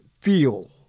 feel